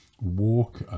Walk